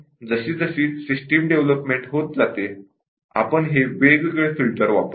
म्हणून जसजशी system development होत जाते आपण हे वेगवेगळे फिल्टर वापरतो